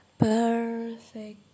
perfect